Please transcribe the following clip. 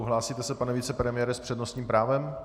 Hlásíte se, pane vicepremiére, s přednostním právem?